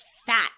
Fat